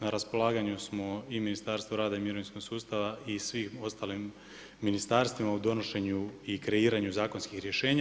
Na raspolaganju smo i Ministarstvu rada i mirovinskog sustava i svim ostalim ministarstvima u donošenju i kreiranju zakonskih rješenja.